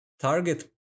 target